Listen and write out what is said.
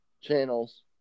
channels